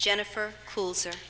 jennifer pools or